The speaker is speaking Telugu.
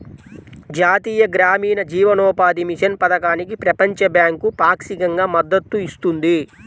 జాతీయ గ్రామీణ జీవనోపాధి మిషన్ పథకానికి ప్రపంచ బ్యాంకు పాక్షికంగా మద్దతు ఇస్తుంది